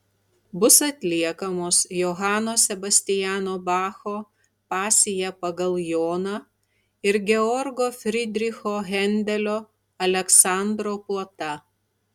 bus atliekamos johano sebastiano bacho pasija pagal joną ir georgo fridricho hendelio aleksandro puota